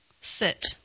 Sit